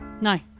No